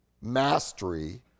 mastery